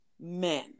men